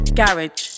garage